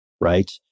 right